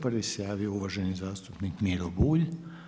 Prvi se javio uvaženi zastupnik Miro Bulj.